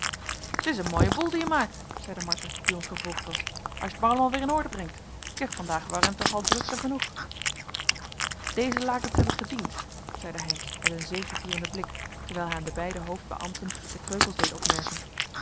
t is een mooie boel dien je maakt zeide martha die ons gevolgd was als je t maar allemaal weer in orde brengt ik heb vandaag warentig al drukten genoeg deze lakens hebben gediend zeide heynsz met een zegevierenden blik terwijl hij aan de beide hoofdbeambten de kreukels deed opmerken